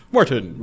Martin